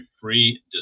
free